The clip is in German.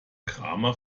kramer